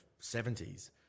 70s